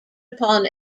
upon